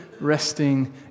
resting